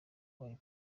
abaye